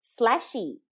Slashy